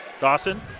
Dawson